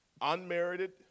unmerited